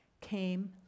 came